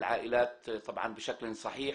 חצבני סמיר.